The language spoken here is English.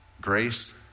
grace